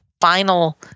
final